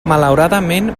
malauradament